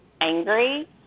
angry